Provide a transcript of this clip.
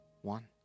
One